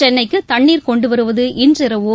சென்னைக்கு தண்ணீர் கொண்டு வருவது இன்றிரவோ